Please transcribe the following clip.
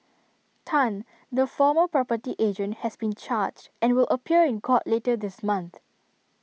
Tan the former property agent has been charged and will appear in court later this month